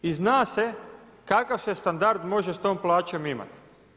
I zna se kakav se standard može s tom plaćom imati.